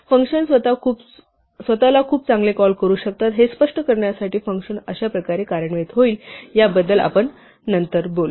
function स्वतःला खूप चांगले कॉल करू शकतात हे स्पष्ट करण्यासाठी फंक्शन अशा प्रकारे कार्यान्वित होईल आपण याबद्दल नंतर बोलू